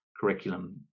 curriculum